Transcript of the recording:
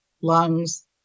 lungs